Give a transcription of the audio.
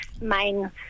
main